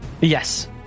Yes